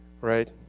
right